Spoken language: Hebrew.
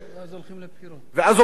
ואז הולכים לבחירות כמובן,